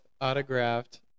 autographed